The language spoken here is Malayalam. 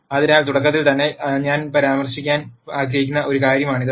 അതിനാൽ തുടക്കത്തിൽ തന്നെ ഞാൻ പരാമർശിക്കാൻ ആഗ്രഹിക്കുന്ന ഒരു കാര്യമാണിത്